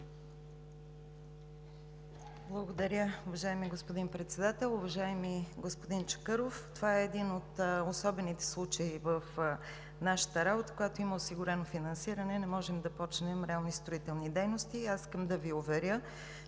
Благодаря, уважаеми господин Председател. Уважаеми господин Чакъров, това е един от особените случаи в нашата работа, в който има осигурено финансиране и реално не можем да започнем строителни дейности. Искам да ви уверя,